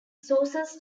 saucers